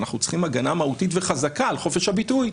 אנחנו צריכים הגנה מהותית וחזקה על חופש הביטוי.